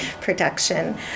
production